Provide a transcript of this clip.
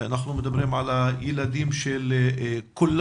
אנחנו מדברים על הילדים של כולנו